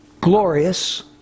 glorious